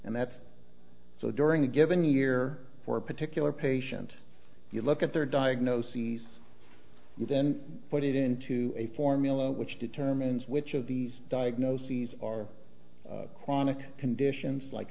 and that's so during a given year for a particular patient you look at their diagnoses you then put it into a formula which determines which of these diagnoses are chronic conditions like